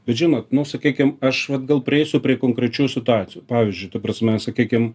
bet žinot nu sakykim aš vat gal prieisiu prie konkrečių situacijų pavyzdžiui ta prasme sakykim